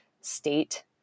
state